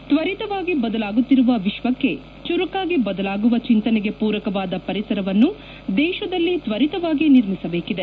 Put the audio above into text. ತ್ವರಿತವಾಗಿ ಬದಲಾಗುತ್ತಿರುವ ವಿಶ್ವಕ್ಷೆ ಚುರುಕಾಗಿ ಬದಲಾಗುವ ಚಿಂತನೆಗೆ ಪೂರಕವಾದ ಪರಿಸರವನ್ನು ದೇಶದಲ್ಲಿ ತ್ವರಿತವಾಗಿ ನಿರ್ಮಿಸಬೇಕಿದೆ